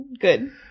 good